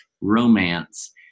romance